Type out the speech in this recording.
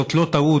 זאת לא טעות,